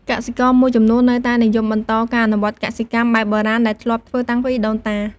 កសិករមួយចំនួននៅតែនិយមបន្តការអនុវត្តកសិកម្មបែបបុរាណដែលធ្លាប់ធ្វើតាំងពីដូនតា។